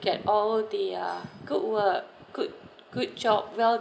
get all the uh good work good good job well